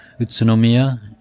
utsunomiya